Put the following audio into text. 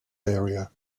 area